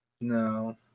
No